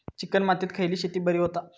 Chicken मातीत खयली शेती बरी होता?